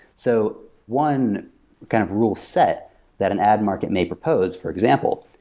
so one kind of rule set that an ad market may propose, for example,